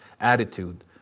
attitude